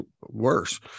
worse